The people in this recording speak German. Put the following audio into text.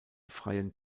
freien